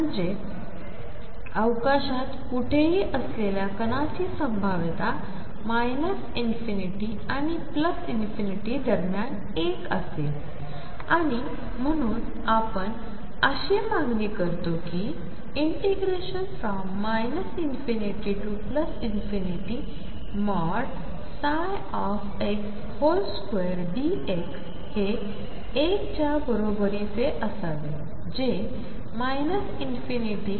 म्हणजे अवकाशात कुढेही असलेल्या कणाची संभाव्यता ∞ आणि दरम्यान १ असेल आणि म्हणूनआपण अशी मागणी करतो की ∞ ψ2dx हे 1 च्या बरोबरीचे असावे जे ∞ ते